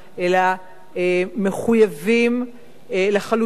אלא מחויבים לחלוטין